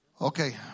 Okay